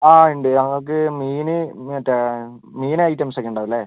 ആ ഉണ്ട് ഞങ്ങൾക്ക് മീൻ മറ്റേ മീൻ ഐറ്റംസ് ഒക്കെ ഉണ്ടാകും അല്ലേ